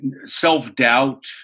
self-doubt